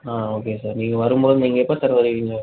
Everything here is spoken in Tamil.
ஆ ஓகே சார் நீங்கள் வரும் போது நீங்கள் எப்போ சார் வருவீங்க